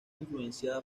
influenciada